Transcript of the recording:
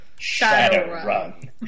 Shadowrun